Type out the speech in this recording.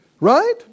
right